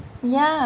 ya